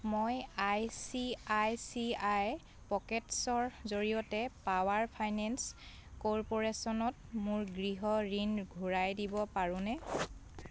মই I C I C I pockets জৰিয়তে power finance ক'ৰ্প'ৰেশ্যনত মোৰ গৃহ ঋণ ঘূৰাই দিব পাৰোনে